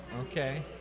Okay